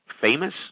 famous